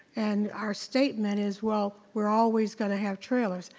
and our statement is well, we're always gonna have trailers.